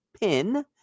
pin